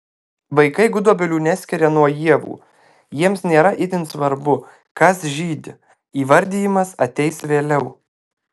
vaikai gudobelių neskiria nuo ievų jiems nėra itin svarbu kas žydi įvardijimas ateis vėliau